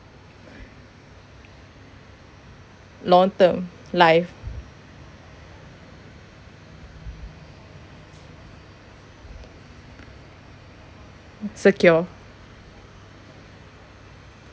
long term life secure